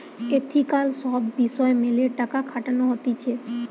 ethical সব বিষয় মেলে টাকা খাটানো হতিছে